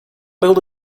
build